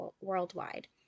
worldwide